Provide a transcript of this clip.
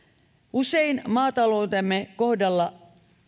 usein maataloutemme kohdalla